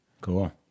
Cool